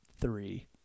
three